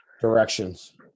directions